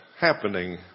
happening